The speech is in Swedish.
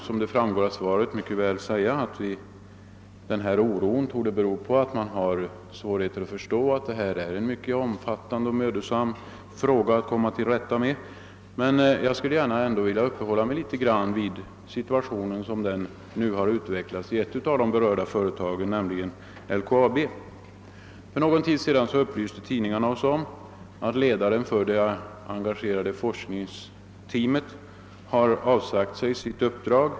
Som framgår av svaret torde man mycket väl kunna säga att oron beror på svårigheter att förstå att denna fråga är mycket omfattande och mödosam att komma till rätta med. Jag skulle ändå gärna vilja något uppehålla mig vid situationen såsom den utvecklats vid ett av de berörda företagen, LKAB. För någon tid sedan upplyste oss tidningarna om att ledaren för det engagerade forskningsteamet prof. Dahlström hade avsagt sig sitt uppdrag.